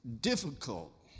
difficult